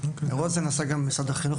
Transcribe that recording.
גם במשרד החינוך,